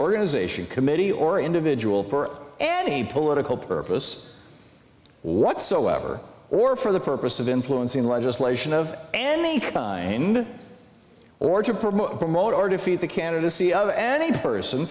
organization committee or individual for any political purpose whatsoever or for the purpose of influencing legislation of and or to promote promote or defeat the candidacy of any person